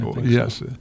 Yes